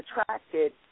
attracted